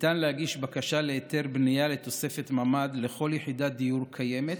ניתן להגיש בקשה להיתר בנייה לתוספת ממ"ד לכל יחידת דיור קיימת